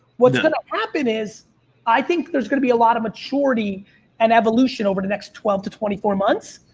what's going to happen is i think there's going to be a lot of maturity and evolution over the next twelve to twenty four months.